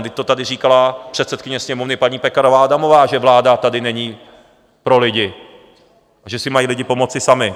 Vždyť to tady říkala předsedkyně Sněmovny paní Pekarová Adamová, že vláda tady není pro lidi a že si mají lidi pomoci sami.